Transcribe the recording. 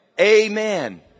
Amen